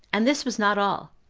and this was not all,